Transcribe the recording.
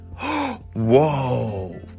Whoa